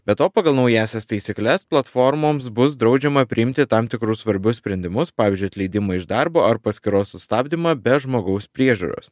be to pagal naująsias taisykles platformoms bus draudžiama priimti tam tikrus svarbius sprendimus pavyzdžiui atleidimo iš darbo ar paskyros sustabdymą be žmogaus priežiūros